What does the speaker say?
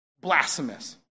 Blasphemous